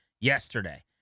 yesterday